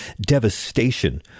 devastation